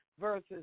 versus